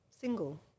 single